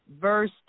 verse